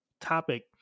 topic